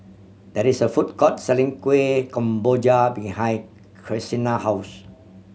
there is a food court selling Kueh Kemboja behind house